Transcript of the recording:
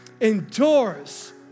endures